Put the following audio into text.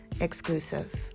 exclusive